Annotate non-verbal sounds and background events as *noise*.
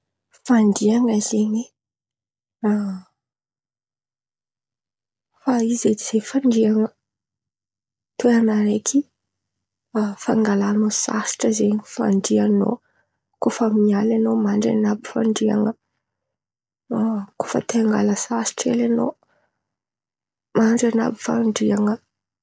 Fandrian̈a zen̈y *hesitation* efa izy edy zay fandrian̈a, toeran̈a raiky fangalan̈ao sasatra zen̈y, fandrian̈ao, kô fa amy alin̈a an̈ao mandry an̈abo fandrian̈a, kô fa te angala sasatra hely an̈ao mandry an̈abo fandrian̈a.